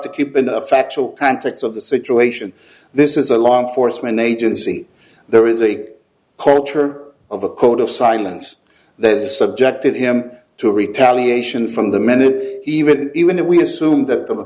to keep in a factual antics of the situation this is a law enforcement agency there is a culture of a code of silence that is subjected him to retaliation from the minute even even if we assume that the